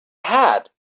had